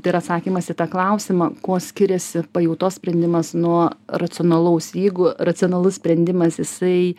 tai yra atsakymas į tą klausimą kuo skiriasi pajautos sprendimas nuo racionalaus jeigu racionalus sprendimas jisai